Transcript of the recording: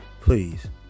Please